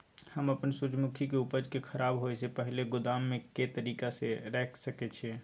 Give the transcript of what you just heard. हम अपन सूर्यमुखी के उपज के खराब होयसे पहिले गोदाम में के तरीका से रयख सके छी?